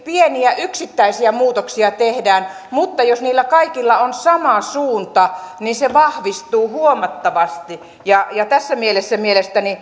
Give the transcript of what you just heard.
pieniä yksittäisiä muutoksia tehdään että jos niillä kaikilla on sama suunta niin se vahvistuu huomattavasti ja tässä mielessä mielestäni